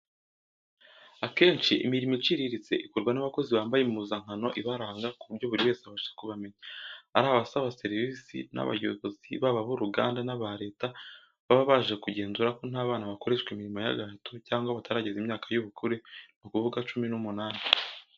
Akenshi imirimo iciriritse ikorwa n'abakozi bambaye impuzankano ibaranga ku buryo buri wese abasha kubamenya. Ari abasaba serivisi n'abayobozi baba ab'uruganda n'aba Leta baba baje kugenzura ko nta bana bakoreshwa imirimo y'agahato, cyangwa batarageza imyaka y'ubukure, ni ukuvuga cumi n'umunani.